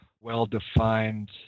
well-defined